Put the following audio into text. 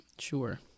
Sure